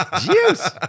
juice